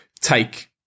take